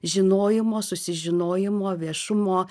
žinojimo susižinojimo viešumo